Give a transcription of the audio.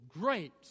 great